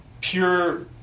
pure